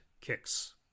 kicks